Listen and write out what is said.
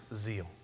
zeal